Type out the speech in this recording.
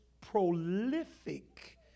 prolific